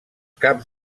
caps